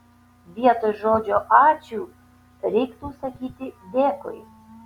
vietoj žodžio ačiū reiktų sakyti dėkui